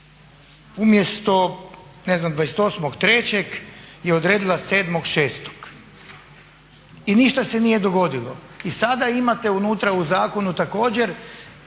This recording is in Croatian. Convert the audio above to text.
ne znam 28.03. je odredila 7.06. i ništa se nije dogodilo. I sada imate unutra u zakonu također